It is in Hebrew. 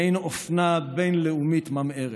מעין אופנה בין-לאומית ממארת.